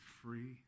free